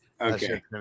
Okay